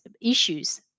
issues